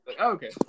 okay